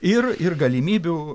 ir ir galimybių